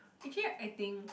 actually I think